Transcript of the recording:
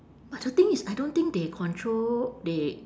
but the thing is I don't think they control they